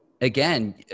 again